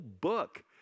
book